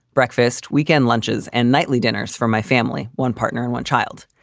breakfast. weekend lunches and nightly dinners for my family. one partner and one child.